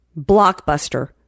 Blockbuster